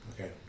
okay